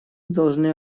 должны